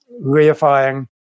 reifying